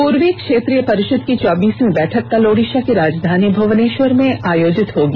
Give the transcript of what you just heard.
पूर्वी क्षेत्रीय परिषद की चौबीसवीं बैठक कल ओडिषा की राजधानी भुवनेष्वर में आयोजित होगी